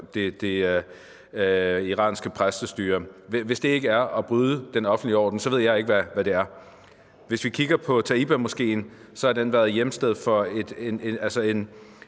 det iranske præstestyres revolutionsgarde. Hvis det ikke er at bryde den offentlige orden, så ved jeg ikke, hvad det er. Hvis vi kigger på Taiba Moskeen, så har den været hjemsted for et